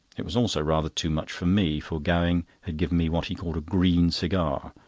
it was also rather too much for me, for gowing had given me what he called a green cigar,